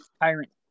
tyrant